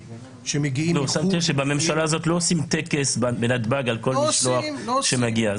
שמתי לב שבממשלה הזאת לא עושים טקס בנתב"ג על כל משלוח שמגיע.